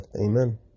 Amen